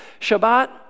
Shabbat